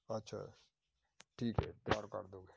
ਅੱਛਾ ਠੀਕ ਹੈ ਤਿਆਰ ਕਰ ਦਿਉ